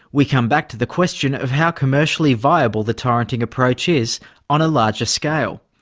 we come back to the question of how commercially viable the torrenting approach is on a larger scale.